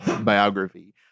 biography